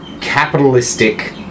capitalistic